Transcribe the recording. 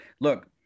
look